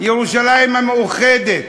ירושלים המאוחדת.